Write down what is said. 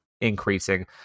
increasing